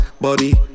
body